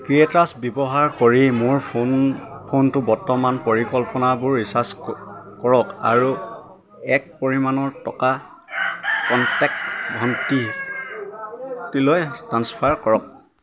চাইট্ৰাছ ব্যৱহাৰ কৰি মোৰ ফোন ফোনটো বৰ্তমান পৰিকল্পনাবোৰ ৰিচাৰ্জ কৰক আৰু এক পৰিমাণৰ টকা কনটেক্ট ভণ্টিলৈ ট্ৰাঞ্চফাৰ কৰক